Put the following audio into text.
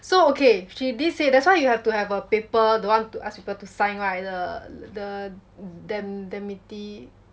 so okay she did say that's why you have to have a paper don't want to ask people to sign right the the the dem~ demnity